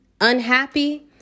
unhappy